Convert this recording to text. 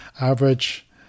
average